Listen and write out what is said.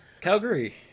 Calgary